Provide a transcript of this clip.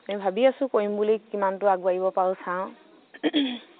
আমি ভাবি আছো কৰিম বুলি কিমানটো আগবাঢ়িব পাৰো চাওঁ